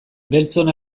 beltzon